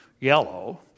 yellow